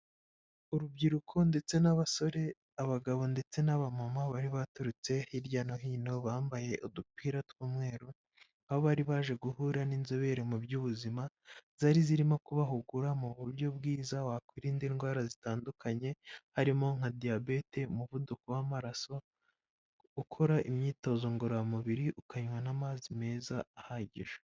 Urubyiruko ndetse n'abasore, abagabo ndetse n'abamama bari baturutse hirya no hino bambaye udupira tw'umweru, aho bari baje guhura n'inzobere mu by'ubuzima zari zirimo kubahugura mu buryo bwiza wakwirinda indwara zitandukanye, harimo nka Diyabete, umuvuduko w'amaraso, ukora imyitozo ngororamubiri ukanywa n'amazi meza ahagije.